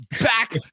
back